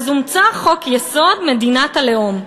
אז הומצא חוק-יסוד: מדינת הלאום.